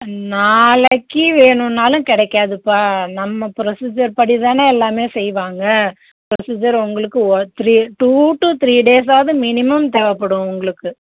நாளைக்கு வேணுன்னாலும் கிடைக்காதுப்பா நம்ம ப்ரொசீஜர் படிதானே எல்லாமே செய்வாங்க ப்ரொசீஜர் உங்களுக்கு த்ரீ டூ டு த்ரீ டேஸாவது மினிமம் தேவைப்படும் உங்களுக்கு